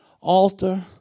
Altar